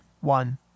One